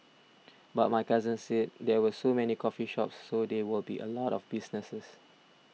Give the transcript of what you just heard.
but my cousin said there were so many coffee shops so there would be a lot of businesses